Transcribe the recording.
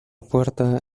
puerta